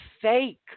fake